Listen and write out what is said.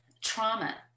trauma